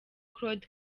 claude